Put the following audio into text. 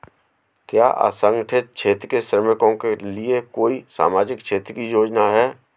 क्या असंगठित क्षेत्र के श्रमिकों के लिए कोई सामाजिक क्षेत्र की योजना है?